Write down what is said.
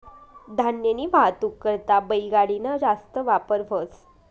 धान्यनी वाहतूक करता बैलगाडी ना जास्त वापर व्हस